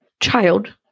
child